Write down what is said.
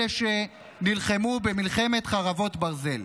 אלה שנלחמו במלחמת חרבות ברזל.